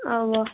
اوا